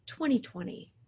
2020